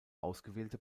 ausgewählte